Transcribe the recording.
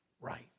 right